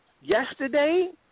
yesterday